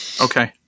okay